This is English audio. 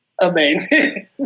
amazing